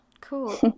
cool